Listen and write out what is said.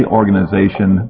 organization